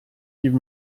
give